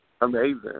amazing